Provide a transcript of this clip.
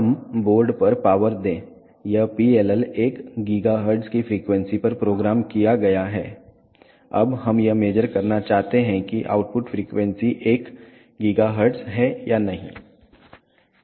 हम बोर्ड पर पावर दें यह PLL 1 GHz की फ्रीक्वेंसी पर प्रोग्राम किया गया है अब हम यह मेज़र करना चाहते हैं कि आउटपुट फ्रीक्वेंसी एक GHz है या नहीं